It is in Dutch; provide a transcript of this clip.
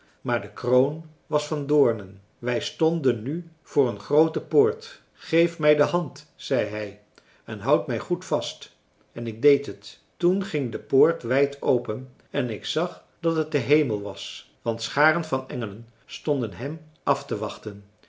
maar de kroon was van doornen wij stonden nu voor een groote poort geef mij de hand zei hij en houd mij goed vast en ik deed het toen ging de poort wijd open en ik zag dat het de hemel was want scharen van engelen stonden hem af te wachten